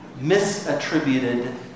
misattributed